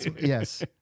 Yes